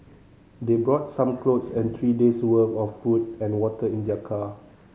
they brought some clothes and three days' worth of food and water in their car